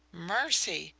mercy,